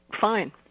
fine